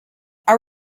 our